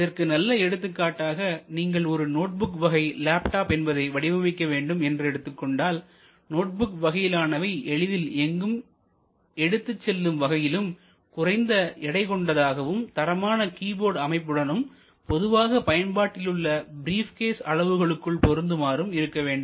இதற்கு நல்ல எடுத்துக்காட்டாக நீங்கள் ஒரு நோட்புக் வகை லேப்டாப் என்பதை வடிவமைக்க வேண்டும் என்று எடுத்துக் கொண்டால்நோட்புக் வகையிலானவை எளிதில் எங்கும் எடுத்துச் செல்லும் வகையிலும் குறைந்த எடை கொண்டதாகவும்தரமான கீபோர்டு அமைப்புடனும் பொதுவாக பயன்பாட்டிலுள்ள பிரீப்கேஸ் அளவுகளுக்குள் பொருந்துமாறும் இருக்க வேண்டும்